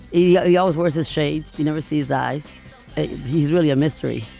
yeah he always wears his shades. he never sees eyes he's really a mystery.